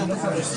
אבל אתה מתעלם.